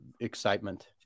excitement